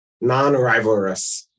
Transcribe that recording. Non-rivalrous